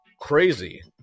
crazy